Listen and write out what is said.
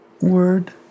word